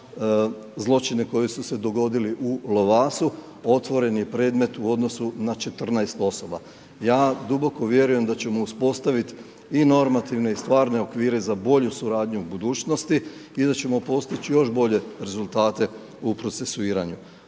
zločine koji su se dogodili u …/Govornik se ne razumije./… otvoren je predmet u odnosu na 14 osoba. Ja duboko vjerujem da ćemo uspostavit i normativne i stvarne okvire za bolju suradnju u budućnosti i da ćemo postići još bolje rezultate u procesuiranju.